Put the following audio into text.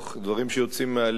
דברים שיוצאים מהלב